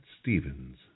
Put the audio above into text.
Stevens